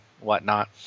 whatnot